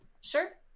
Sure